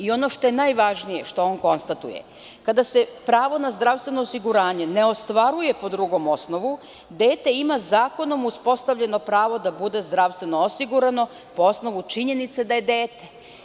Ono što je najvažnije što on konstatuje, kada se pravo na zdravstveno osiguranje ne ostvaruje po drugom osnovu, dete ima zakonom uspostavljeno pravo da bude zdravstveno osigurano po osnovu činjenice da je dete.